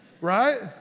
right